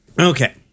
Okay